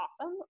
awesome